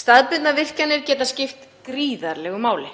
Staðbundnar virkjanir geta skipt gríðarlegu máli.